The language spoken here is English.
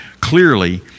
clearly